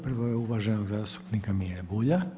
Prva je uvaženog zastupnika Mire Bulja.